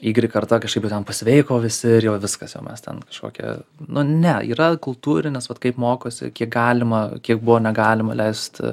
ygrik karta kažkaip ten pasveiko visi ir jau viskas jau mes ten kažkokią nu ne yra kultūrinis vat kaip mokosi kiek galima kiek buvo negalima leisti